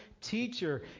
teacher